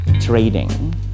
trading